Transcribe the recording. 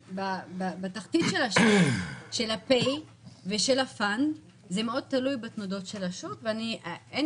כי בתחתית של ה-pay ושל ה-fund זה מאוד תלוי בתנודות של השוק ואין